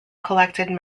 collected